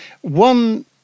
one